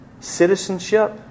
Citizenship